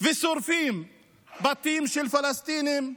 ושורפים בתים של פלסטינים,